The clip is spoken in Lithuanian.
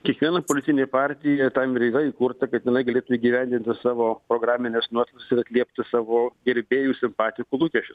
kiekviena politinė partija tam ir yra įkurta kad jinai galėtų įgyvendinti savo programines nuostatas ir atliepti savo gerbėjų simpatikų lūkesčius